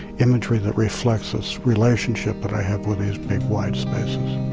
imagery that reflects this relationship but i have with these big wide spaces.